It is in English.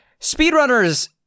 speedrunners